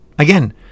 Again